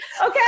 Okay